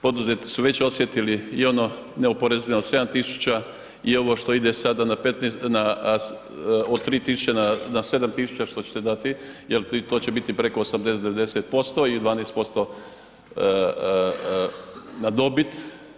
Poduzetnici su već osjetili i ono neoporezivo 7 tisuća i ovo što ide sada od 3 tisuće na 7 tisuća što ćete dati jer to će biti preko 80, 90% i 12% na dobit.